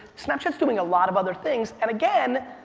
snapchat's doing a lot of other things and again,